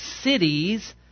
cities